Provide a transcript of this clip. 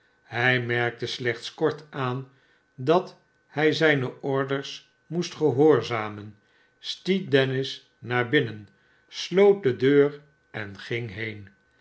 hij merkte slechts kort aan dat hij zijne orders moest gehoorzamen stiet dennis naar binnen sloot de deur en ging been